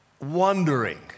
wondering